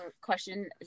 question